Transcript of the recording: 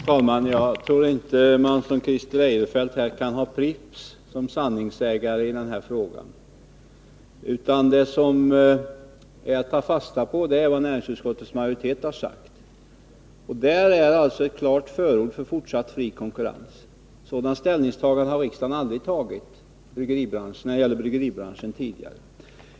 Herr talman! Jag tror inte att man, som Christer Eirefelt, skall ha Pripps som sanningssägare i den här frågan. Vad som är att ta fasta på är vad näringsutskottets majoritet har sagt. Och där finns ett klart förord för fortsatt fri konkurrens. Något sådant ställningstagande har riksdagen aldrig tidigare gjort när det gäller bryggeribranschen.